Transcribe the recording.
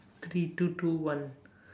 three two two one